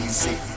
Easy